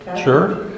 Sure